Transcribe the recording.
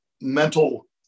mental